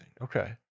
Okay